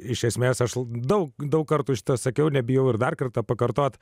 iš esmės aš labai daug daug kartų sakiau nebijau ir dar kartą pakartoti